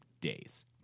days